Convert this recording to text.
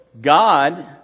God